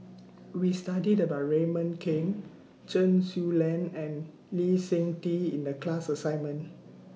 We studied about Raymond Kang Chen Su Lan and Lee Seng Tee in The class assignment